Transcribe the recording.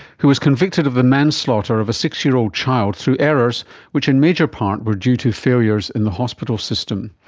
who was convicted of the manslaughter of a six-year-old child through errors which in major part were due to failures in the hospital system.